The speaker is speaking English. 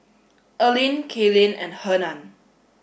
Earlene Kaylyn and Hernan